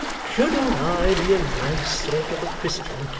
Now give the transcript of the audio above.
shouldn't i be a nice sort of a christian,